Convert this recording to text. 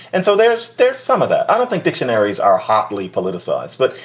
and so there's there's some of that. i don't think dictionaries are hotly politicized. but,